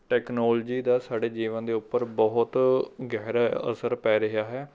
technology ਦਾ ਸਾਡੇ ਜੀਵਨ ਦੇ ਉੱਪਰ ਬਹੁਤ ਗਹਿਰਾ ਅਸਰ ਪੈ ਰਿਹਾ ਹੈ